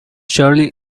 surely